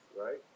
right